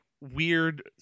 weird